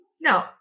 No